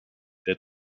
der